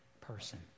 person